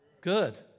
Good